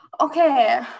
Okay